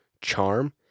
charm